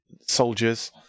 soldiers